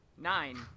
Nine